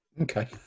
Okay